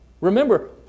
Remember